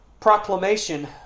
proclamation